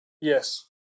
Yes